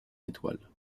étoiles